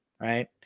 Right